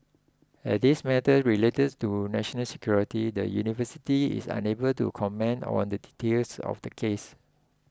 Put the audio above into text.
as this matter relates to national security the university is unable to comment on the details of the case